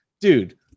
dude